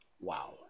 Wow